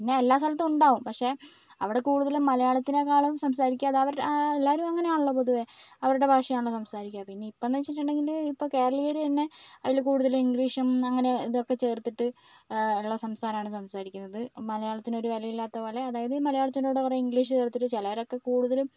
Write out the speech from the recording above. പിന്നെ എല്ലാ സ്ഥലത്തും ഉണ്ടാവും പക്ഷേ അവിടെ കൂടുതലും മലയാളത്തിനേക്കാളും സംസാരിക്കുക അതവരുടെ എല്ലാവരും അങ്ങനെയാണല്ലോ പൊതുവേ അവരുടെ ഭാഷയാണല്ലോ സംസാരിക്കുക പിന്നെ ഇപ്പോൾ എന്ന് വെച്ചിട്ടുണ്ടെങ്കിൽ ഇപ്പോൾ കേരളീയർ തന്നെ അതിൽ കൂടുതലും ഇംഗ്ലീഷും അങ്ങനെ ഇതൊക്കെ ചേർത്തിട്ട് ഉള്ള സംസാരം ആണ് സംസാരിക്കുന്നത് മലയാളത്തിനൊരു വില ഇല്ലാത്തത് പോലെ അതായത് മലയാളത്തിൻ്റെ കൂടെ അവർ ഇംഗ്ലീഷ് ചേർത്തിട്ട് ചിലരൊക്കെ കൂടുതലും